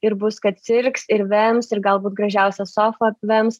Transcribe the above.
ir bus kad sirgs ir vems ir galbūt gražiausią sofą apvems